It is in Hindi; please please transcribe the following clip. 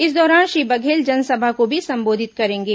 इस दौरान श्री बघेल जन सभा को भी संबोधित करेंगे